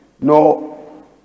no